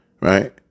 right